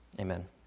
Amen